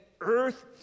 earth